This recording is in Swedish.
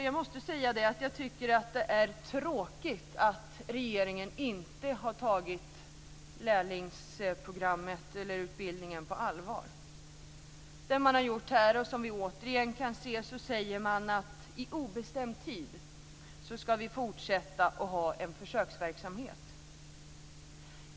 Jag måste säga att jag tycker att det är tråkigt att regeringen inte har tagit lärlingsutbildningen på allvar. Det som man har gjort här, och som vi återigen kan se, är att säga att man i obestämd tid ska fortsätta att ha en försöksverksamhet.